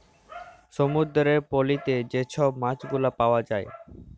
সমুদ্দুরের পলিতে যে ছব মাছগুলা পাউয়া যায়